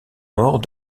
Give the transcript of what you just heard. mort